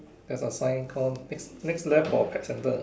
there's a sign Call next next left for pet centre